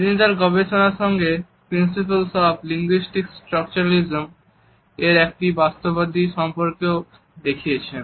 তিনি তাঁর গবেষণার সঙ্গে প্রিন্সিপলস অফ লিঙ্গুইস্টিকস স্ট্রাকচারালিজম এর একটি বাস্তববাদী সম্পর্কও দেখিয়েছেন